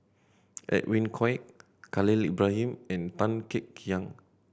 Edwin Koek Khalil Ibrahim and Tan Kek Hiang